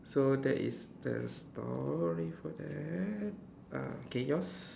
so that is the story for that ah okay yours